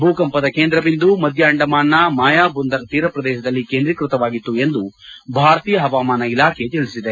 ಭೂಕಂಪದ ಕೇಂದ್ರಬಿಂದು ಮಧ್ಯ ಅಂಡಮಾನ್ನ ಮಾಯಾಬುಂದರ್ ತೀರಪ್ರದೇಶದಲ್ಲಿ ಕೇಂದ್ರೀಕ್ಪತವಾಗಿತ್ತು ಎಂದು ಭಾರತೀಯ ಹವಾಮಾನ ಇಲಾಖೆ ತಿಳಿಸಿದೆ